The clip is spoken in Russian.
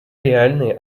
реальные